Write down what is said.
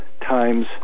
times